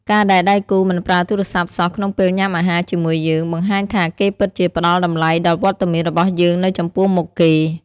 ការដែលដៃគូមិនប្រើទូរស័ព្ទសោះក្នុងពេលញ៉ាំអាហារជាមួយយើង បង្ហាញថាគេពិតជាផ្ដល់តម្លៃដល់វត្តមានរបស់យើងនៅចំពោះមុខគេ។